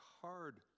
hard